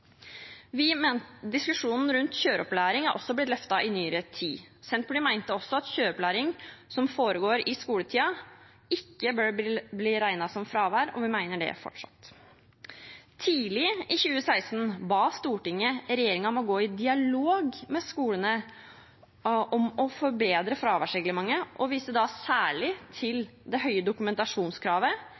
Diskusjonen rundt kjøreopplæring er også blitt løftet i nyere tid. Senterpartiet mente at kjøreopplæring som foregår i skoletida, ikke bør bli regnet som fravær, og vi mener det fortsatt. Tidlig i 2016 ba Stortinget regjeringen om å gå i dialog med skolene om å forbedre fraværsreglementet, og viste da særlig til det høye dokumentasjonskravet,